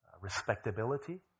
respectability